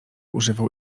używał